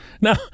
Now